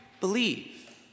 believe